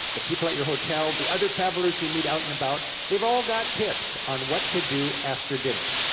the people at your hotel, the other travelers you meet out and about, they've all got tips on what to do after dinner.